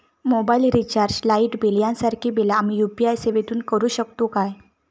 Mobile recharge, light bill यांसारखी बिला आम्ही यू.पी.आय सेवेतून करू शकतू काय?